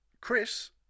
Chris